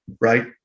right